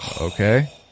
Okay